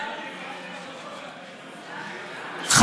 אינתיפאדה,